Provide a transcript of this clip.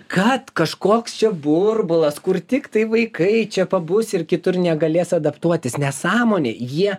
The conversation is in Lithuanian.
kad kažkoks čia burbulas kur tiktai vaikai čia pabus ir kitur negalės adaptuotis nesąmonė jie